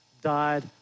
died